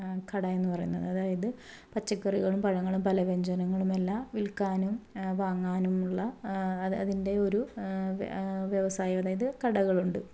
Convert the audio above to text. കട എന്ന് പറയുന്നത് അതായത് പച്ചകറികളും പഴങ്ങളും പലവ്യഞ്ജനങ്ങളും എല്ലാം വിൽക്കാനും വാങ്ങാനുമുള്ള അതിൻ്റെയൊരു വ്യവസായം അതായത് കടകളുണ്ട്